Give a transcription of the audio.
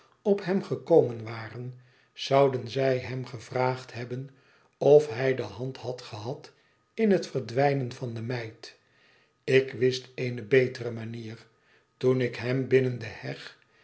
op hem gekomen waren zouden zij hem gevraagd hebben of hij de hand had gehad in het verdwijnen van de meid ik wist eene betere manier toen ik hem binnen de heg